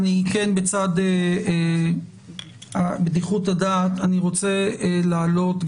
בצד בדיחות הדעת אני רוצה להעלות,